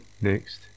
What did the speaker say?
next